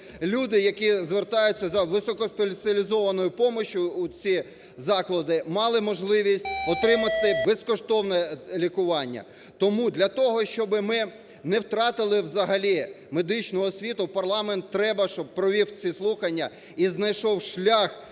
люди, які звертаються за високоспеціалізованою допомогою у ці заклади, мали можливість отримати безкоштовне лікування. Тому для того, щоб ми не втратили взагалі медичну освіту, парламент треба щоб провів ці слухання і знайшов шлях